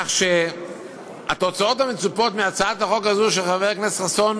כך שהתוצאות המצופות מהצעת החוק הזו של חבר הכנסת חסון